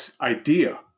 idea